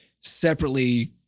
separately